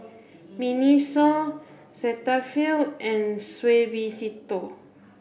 Miniso Cetaphil and Suavecito